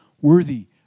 worthy